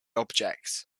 objects